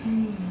hmm